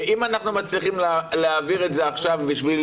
אם אנחנו מצליחים להעביר את זה עכשיו בשביל